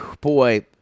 Boy